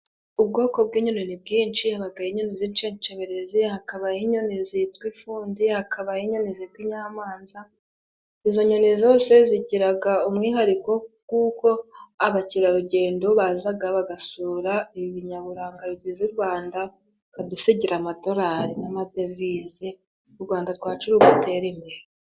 Ubwoko bw'inyoni ni bwinshi. Habagaho inyoni z'inshenshabirizi, hakabaho inyoni zitwa imfundi, hakabaho inyoni zitwa inyamanza. Izo nyoni zose zigiraga umwihariko kuko abakerarugendo bazaga bagasura ibinyaburanga bigize u Rwanda, bakadusigira amadolari n'amadevize, u Rwanda rwacu rugatera imbere.